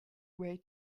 way